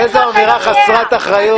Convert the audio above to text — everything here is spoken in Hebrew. איזו אמירה חסרת אחריות.